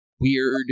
weird